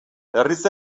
herriz